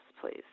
please